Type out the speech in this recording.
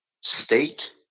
state